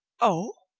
oh!